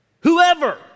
Whoever